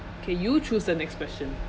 okay you choose the next question